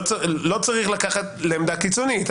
לא צריך לקחת לעמדה קיצונית.